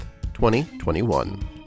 2021